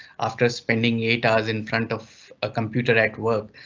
after spending eight hours in front of a computer at work.